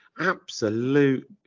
Absolute